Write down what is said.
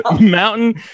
Mountain